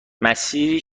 مسیری